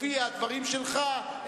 לפי הדברים שלך,